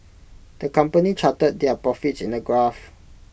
the company charted their profits in A graph